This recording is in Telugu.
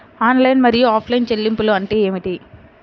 ఆన్లైన్ మరియు ఆఫ్లైన్ చెల్లింపులు అంటే ఏమిటి?